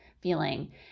feeling